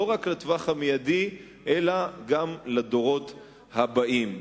זה לא רק לטווח המיידי אלא גם לדורות הבאים.